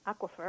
Aquifer